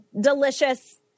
delicious